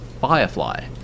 Firefly